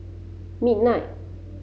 midnight